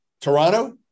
Toronto